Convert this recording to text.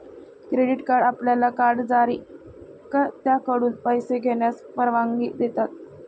credit card आपल्याला card जारीकर्त्याकडून पैसे घेण्यास परवानगी देतात